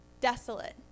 desolate